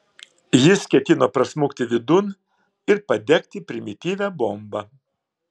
jis ketino prasmukti vidun ir padegti primityvią bombą